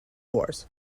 wars